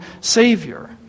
Savior